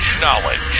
Knowledge